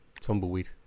Tumbleweed